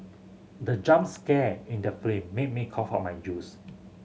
the jump scare in the film made me cough out my juice